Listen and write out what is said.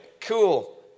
Cool